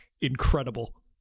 incredible